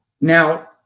Now